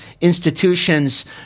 institutions